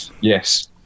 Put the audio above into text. yes